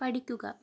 പഠിക്കുക